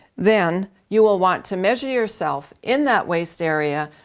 then, you will want to measure yourself in that waist area.